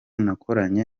nakoranye